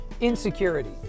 insecurity